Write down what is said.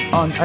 on